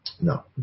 No